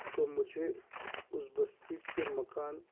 تو مجھے اُس بستی کے مکان